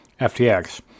FTX